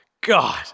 God